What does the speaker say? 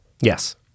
Yes